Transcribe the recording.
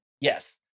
yes